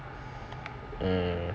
mm